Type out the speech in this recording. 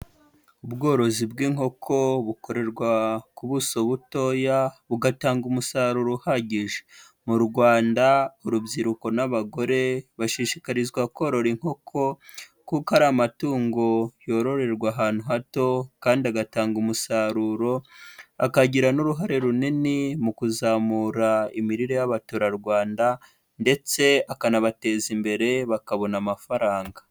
Ubworozi bw'inkoko bukorerwa ku buso butoya, bugatanga umusaruro uhagije. Mu Rwanda urubyiruko n'abagore bashishikarizwa korora inkoko kuko ari amatungo yororerwa ahantu hato kandi agatanga umusaruro, akagira n'uruhare runini mu kuzamura imirire y'abaturarwanda ndetse akanabateza imbere, bakabona amafaranga.